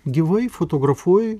gyvai fotografuoji